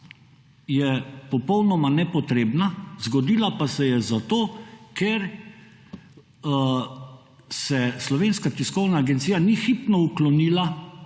je popolnoma nepotrebna, zgodila pa se je zato, ker se Slovenska tiskovna agencija ni hipno uklonila